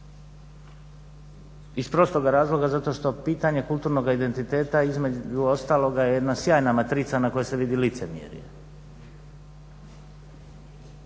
Iz prostoga razloga zato što pitanje kulturnoga identiteta između ostaloga je jedna sjajna matrica na kojoj se vidi licemjerje